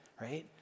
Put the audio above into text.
right